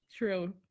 True